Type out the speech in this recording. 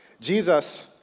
Jesus